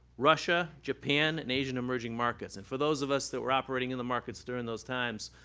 russia, japan, and asian emerging markets. and for those of us that were operating in the markets during those times,